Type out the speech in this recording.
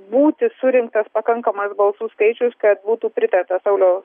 būti surinktas pakankamas balsų skaičius kad būtų pritarta sauliaus